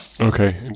Okay